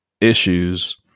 issues